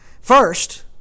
First